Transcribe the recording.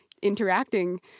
Interacting